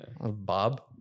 Bob